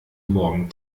morgen